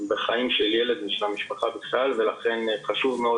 בחיים של ילד ושל המשפחה בכלל ולכן חשוב מאוד